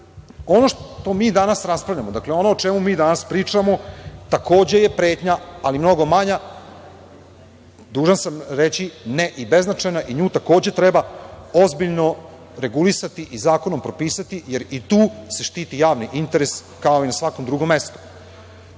ono što mi danas raspravljamo, dakle ono o čemu mi danas pričamo takođe je pretnja, ali mnogo manja, dužan sam reći ne i beznačajna, i nju takođe treba ozbiljno regulisati i zakonom propisati jer se i tu štiti javni interes, kao i na svakom drugom